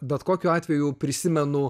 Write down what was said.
bet bet kokiu atveju prisimenu